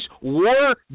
war